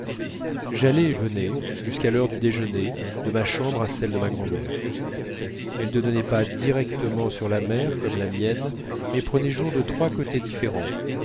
j'allais et venais jusqu'à l'heure du déjeuner de ma chambre à celle de ma grand'mère elle ne donnait pas directement sur la mer comme la mienne mais prenait jour de trois côtés différents